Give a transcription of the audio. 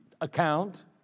account